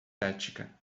ética